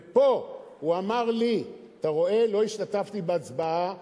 ופה הוא אמר לי: אתה רואה, לא השתתפתי בהצבעה.